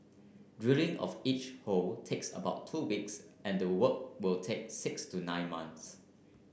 drilling of each hole takes about two weeks and the work will take six to nine months